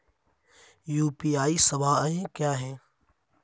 UPI सवायें क्या हैं?